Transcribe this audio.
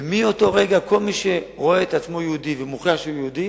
ומאותו רגע כל מי שרואה את עצמו כיהודי ומוכיח שהוא יהודי